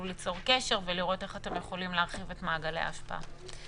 ליצור קשר ולראות איך אתם יכולים להרחיב את מעגלי ההשפעה.